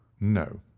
no.